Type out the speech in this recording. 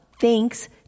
Thanks